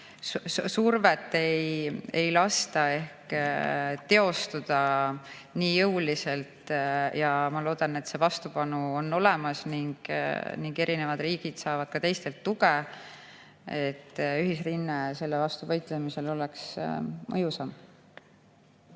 survet ei lasta ehk teostada nii jõuliselt, aga ma loodan, et see vastupanu on olemas ning erinevad riigid saavad ka teistelt tuge, et ühisrinne selles võitluses oleks mõjusam.